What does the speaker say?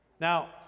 Now